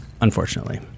Unfortunately